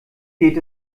geht